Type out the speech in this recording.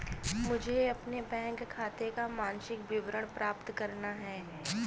मुझे अपने बैंक खाते का मासिक विवरण प्राप्त करना है?